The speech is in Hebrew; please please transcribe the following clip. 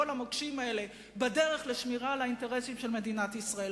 כל המוקשים האלה בדרך לשמירה על האינטרסים של מדינת ישראל,